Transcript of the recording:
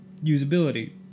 usability